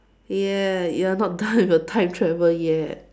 ya you're not done with your time travel yet